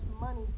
money